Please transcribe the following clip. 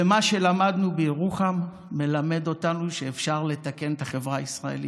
ומה שלמדנו בירוחם מלמד אותנו שאפשר לתקן את החברה הישראלית.